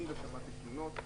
אני לא שמעתי תלונות.